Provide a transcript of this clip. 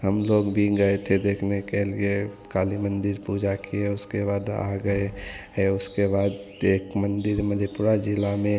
हम लोग भी गए थे देखने के लिए काली मंदिर पूजा किए उसके बाद आ गए ए उसके बाद तेक मंदिर मधेपुरा ज़िले में